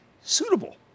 suitable